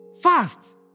fast